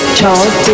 Charles